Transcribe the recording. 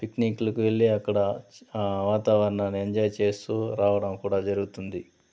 పిక్నిక్లకు వెళ్ళి అక్కడ వాతవరణాన్ని ఎంజాయ్ చేస్తూ రావడం కూడా జరుగుతుంది